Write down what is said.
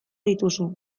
dituzu